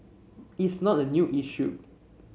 it's not a new issued